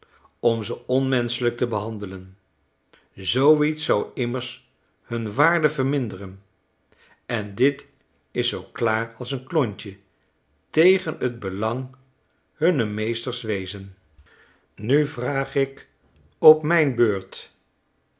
om ze onmenschelijk te behandelen zoo lets zou immers hun waarde verminderen en ditiszooklaarals'nklontje tegen t belang hunner meesters wezen nu vraag ik op mijn beurt